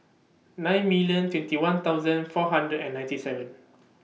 nine million twenty one thousand four hundred and ninety seven